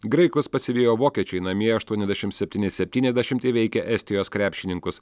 graikus pasivijo vokiečiai namie aštuoniasdešimt septyni septyniasdešimt įveikę estijos krepšininkus